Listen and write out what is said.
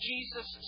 Jesus